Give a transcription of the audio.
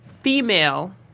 female